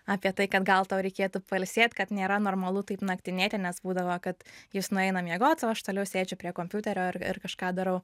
apie tai kad gal tau reikėtų pailsėt kad nėra normalu taip naktinėti nes būdavo kad jis nueina miegot o aš toliau sėdžiu prie kompiuterio ir kažką darau